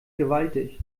gewaltig